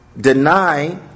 deny